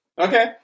Okay